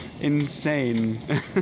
insane